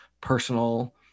personal